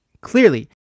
clearly